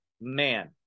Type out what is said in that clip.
man